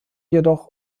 jedoch